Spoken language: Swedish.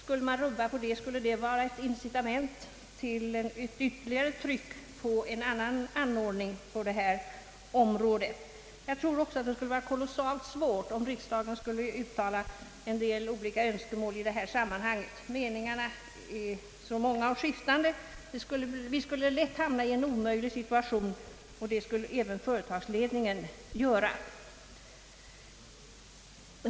Skulle man rubba på det skulle det vara ett incitament till ytterligare tryck för en annan anordning på detta område. Jag tror också att det skulle vara kolossalt svårt om riksdagen skulle uttala en del olika önskemål i detta sammanhang. Meningarna är så många och skiftande, och vi skulle lätt hamna i en omöjlig situation, och det skulle även företagsledningen göra.